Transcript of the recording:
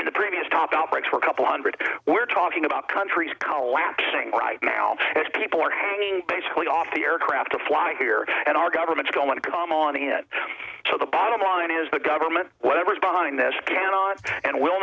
in the previous top outbreaks for a couple hundred we're talking about countries collapsing right now as people are hanging basically off the aircraft to fly here and our government's going to come on it so the bottom line is the government whatever is behind this cannot and will